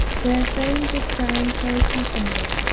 their fame did sound so passingly,